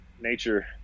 nature